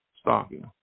stalking